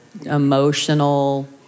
emotional